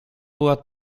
była